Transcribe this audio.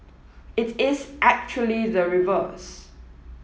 it is actually the reverse